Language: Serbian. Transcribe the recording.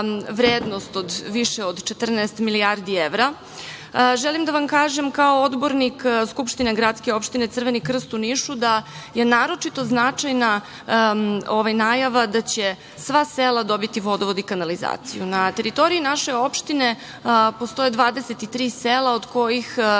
od 14 milijardi evra. Želim da vam kažem, kao odbornik Skupštine gradske opštine Crveni Krst u Nišu, da je naročito značajna najava da će sva sela dobiti vodovod i kanalizaciju. Na teritoriji naše opštine postoje 23 sela od kojih